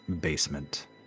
basement